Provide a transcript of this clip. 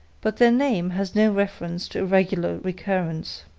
but their name has no reference to irregular recurrence.